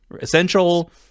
essential